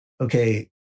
okay